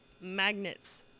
magnets